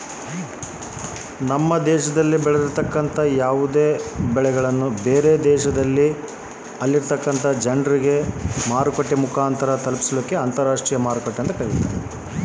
ಅಂತರಾಷ್ಟ್ರೇಯ ಮಾರುಕಟ್ಟೆ ಎಂದರೇನು?